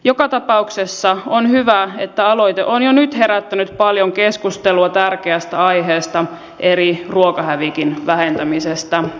joka tapauksessa on hyvä että aloite on jo nyt herättänyt paljon keskustelua tärkeästä aiheesta eli ruokahävikin vähentämisestä